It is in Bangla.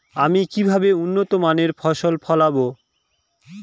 আমি কিভাবে উন্নত মানের ফসল ফলাবো?